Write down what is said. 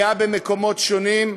היה במקומות שונים,